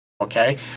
okay